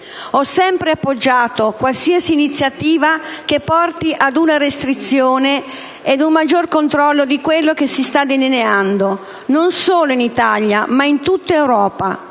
ho sempre appoggiato qualsiasi iniziativa che porti ad una restrizione e ad un maggiore controllo di ciò che si sta delineando, non solo in Italia ma in tutta Europa,